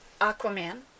Aquaman